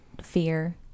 fear